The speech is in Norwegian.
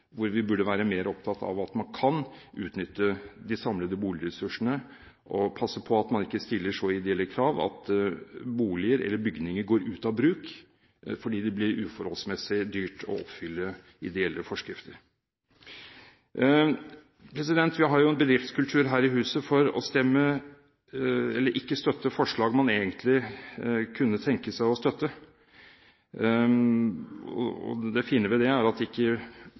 vi burde være mer opptatt av at man kan utnytte de samlede boligressursene og passe på at man ikke stiller så ideelle krav at boliger, eller bygninger, går ut av bruk fordi det blir uforholdsmessig dyrt å oppfylle de ideelle krav. Vi har jo en bedriftskultur her i huset for ikke å støtte forslag man egentlig kunne tenke seg å støtte. Det fine ved det er at det ikke behøver å tolkes i det vide og brede når man da ikke